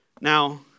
now